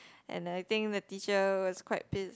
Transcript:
and I think the teacher was quite pissed